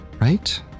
right